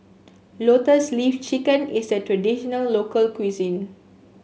Lotus Leaf Chicken is a traditional local cuisine